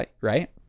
right